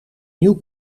nieuw